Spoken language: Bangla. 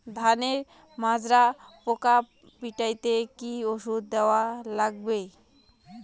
ধানের মাজরা পোকা পিটাইতে কি ওষুধ দেওয়া লাগবে?